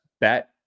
bet